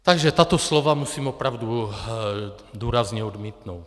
Takže tato slova musím opravdu důrazně odmítnout.